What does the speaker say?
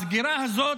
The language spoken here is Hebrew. הסגירה הזאת,